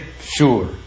sure